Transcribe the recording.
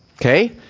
Okay